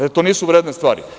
Jel to nisu vredne stvari?